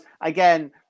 again